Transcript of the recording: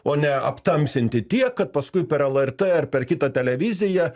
o ne aptamsinti tiek kad paskui per lrt ar per kitą televiziją